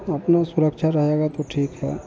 अपना सुरक्षा रहेगा तो ठीक है